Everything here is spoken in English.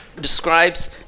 describes